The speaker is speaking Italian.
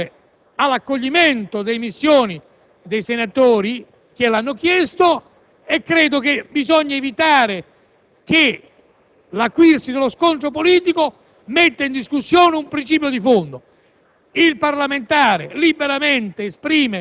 un orientamento favorevole all'accoglimento delle dimissioni dei senatori che le hanno presentate e credo che bisogna evitare che l'acuirsi dello scontro politico metta in discussione un principio di fondo: